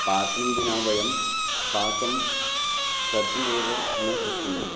पात्रं विना वयं पाकं कर्तुमेव न शक्नुमः